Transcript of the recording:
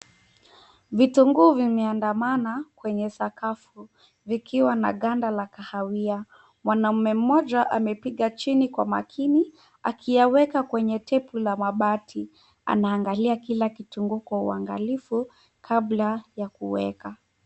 Vitunguu vimeandamana kwenye sakafu vikiwa na ganda la kahawia. Mwanamume mmoja amepiga chini kwa makini akiyaweka kwenye tepu la mabati. Anaangalia kila kitunguu kwa uangalifu kabla ya kuweka.